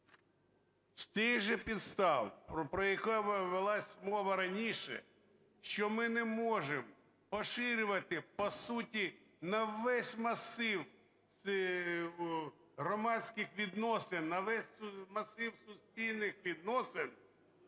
З тих же підстав, про які велась мова раніше, що ми не можемо поширювати, по суті, на весь масив громадських відносин, на весь масив суспільних відносин